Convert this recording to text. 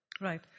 Right